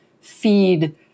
feed